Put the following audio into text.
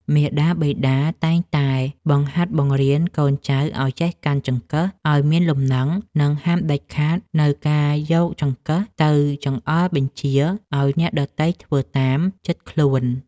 មាតាបិតាតែងតែបង្ហាត់បង្រៀនកូនចៅឱ្យចេះកាន់ចង្កឹះឱ្យមានលំនឹងនិងហាមដាច់ខាតនូវការយកចង្កឹះទៅចង្អុលបញ្ជាឱ្យអ្នកដទៃធ្វើតាមចិត្តខ្លួន។